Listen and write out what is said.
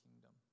kingdom